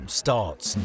starts